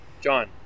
John